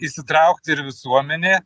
įsitraukti ir visuomenė